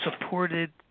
supported